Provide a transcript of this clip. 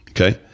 Okay